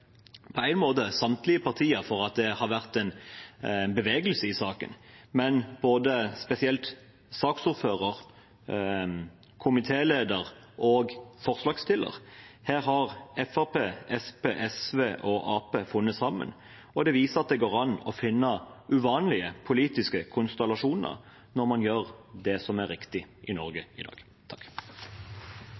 samtlige partier for at det har vært en bevegelse i saken, og spesielt saksordføreren, komitélederen og forslagsstillerne. Her har Fremskrittspartiet, Senterpartiet, SV og Arbeiderpartiet funnet sammen, og det viser at det går an å finne uvanlige politiske konstellasjoner når man gjør det som er riktig i Norge i dag.